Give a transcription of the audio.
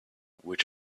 which